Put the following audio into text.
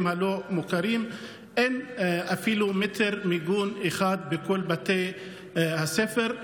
הלא-מוכרים אין אפילו מטר מיגון אחד בכל בתי הספר.